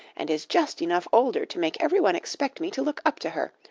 and is just enough older to make every one expect me to look up to her.